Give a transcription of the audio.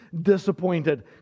disappointed